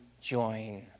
join